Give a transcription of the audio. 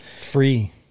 Free